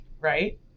right